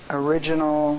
original